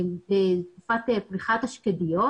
בתקופת פריחת השקדיות,